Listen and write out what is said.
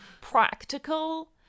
practical